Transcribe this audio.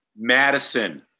Madison